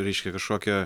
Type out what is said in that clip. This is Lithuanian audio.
reiškia kažkokią